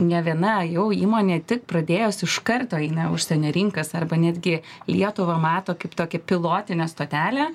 ne viena jau įmonė tik pradėjus iš karto eina į užsienio rinkas arba netgi lietuvą mato kaip tokią pilotinę stotelę